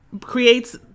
creates